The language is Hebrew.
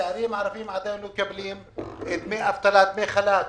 צעירים ערבים עדיין מקבלים דמי אבטלה, דמי חל"ת.